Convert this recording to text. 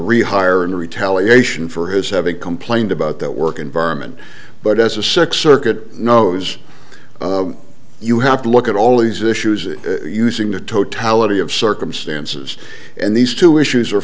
rehire in retaliation for his have a complaint about that work environment but as a six circuit knows you have to look at all these issues using the totality of circumstances and these two issues are